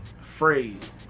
phrase